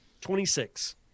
Twenty-six